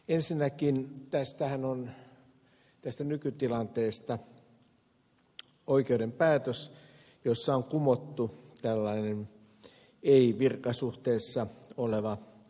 ensinnäkin tästä nykytilanteesta on oikeuden päätös jossa on kumottu tällainen ei virkasuhteessa oleva a